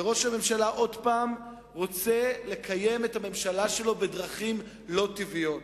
וראש הממשלה עוד פעם רוצה לקיים את הממשלה שלו בדרכים לא טבעיות.